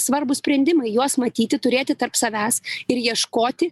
svarbūs sprendimai juos matyti turėti tarp savęs ir ieškoti